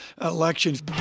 elections